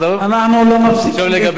אנחנו לא מפסיקים להתפעל.